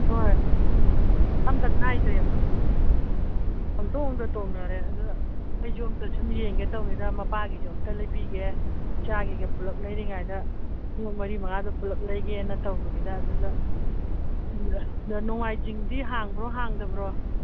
ꯍꯣꯏ ꯑꯝꯇ ꯈꯥꯏꯗ꯭ꯔꯦꯕ ꯎꯝ ꯄꯪꯇꯣꯡꯗ ꯇꯣꯡꯅꯔꯦ ꯑꯗꯣ ꯑꯩꯁꯨ ꯑꯝꯇ ꯁꯨꯝ ꯌꯦꯡꯒꯦ ꯇꯧꯕꯅꯤꯗ ꯃꯄꯥꯒꯤꯁꯨ ꯑꯝꯇ ꯂꯩꯕꯤꯒꯦ ꯏꯆꯥꯒꯤꯒ ꯄꯨꯂꯞ ꯂꯩꯔꯤꯉꯩꯗ ꯈꯣꯡꯎꯞ ꯃꯔꯤ ꯃꯉꯥꯗꯣ ꯄꯨꯂꯞ ꯂꯩꯒꯦꯅ ꯇꯧꯕꯅꯤꯗ ꯑꯗꯨꯗ ꯅꯣꯡꯃꯥꯏꯖꯤꯡꯗꯤ ꯍꯥꯡꯕ꯭ꯔꯣ ꯍꯥꯡꯗꯕ꯭ꯔꯣ